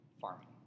farming